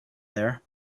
there